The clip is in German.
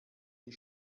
die